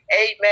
amen